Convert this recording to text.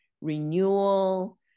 renewal